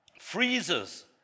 freezers